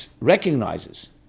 recognizes